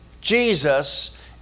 Jesus